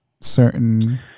certain